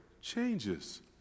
changes